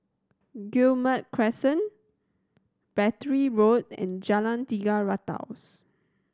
Guillemard Crescent Battery Road and Jalan Tiga Ratus